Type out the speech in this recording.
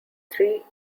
three